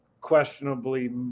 questionably